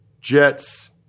Jets